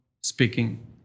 speaking